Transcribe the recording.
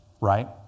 Right